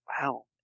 Wow